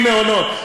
נכון, 180 מעונות.